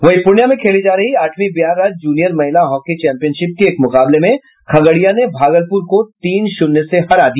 वहीं पूर्णियां में खेली जा रही आठवीं बिहार राज्य जूनियर महिला हॉकी चैंपियनशिप के एक मुकाबले में खगड़िया ने भागलपुर को तीन शून्य से हरा दिया